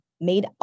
made